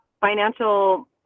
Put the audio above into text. financial